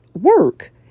work